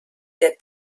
der